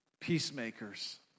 peacemakers